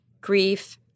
grief